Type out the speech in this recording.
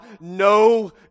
no